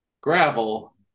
gravel